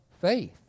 faith